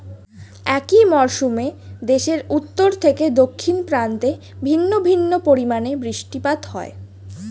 একই মরশুমে দেশের উত্তর থেকে দক্ষিণ প্রান্তে ভিন্ন ভিন্ন পরিমাণে বৃষ্টিপাত হয়